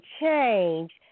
change